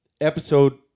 Episode